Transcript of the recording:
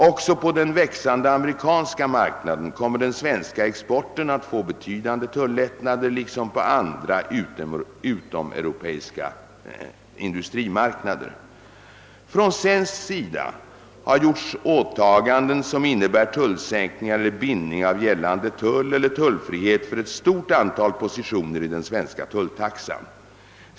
Också på den växande amerikanska marknaden kommer den svenska exporten att få betydande tullättnader liksom på andra utomeuropeiska industrimarknader. Från svensk sida har gjorts åtaganden som innebär tullsänkningar eller bindning av gällande tull eller tullfrihet för ett stort antal positioner i den svenska tulltaxan.